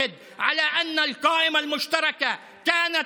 להלן תרגומם: זה הזמן להדגיש שהרשימה המשותפת הייתה